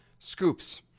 Scoops